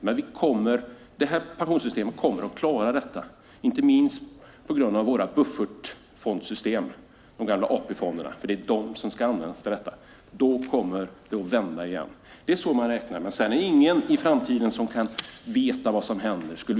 Men detta pensionssystem kommer att klara detta, inte minst på grund av vårt buffertfondsystem, alltså de gamla AP-fonderna som ska användas till detta. Då kommer det att vända igen. Det är så man räknar. Men sedan är det ingen som kan veta vad som händer i framtiden.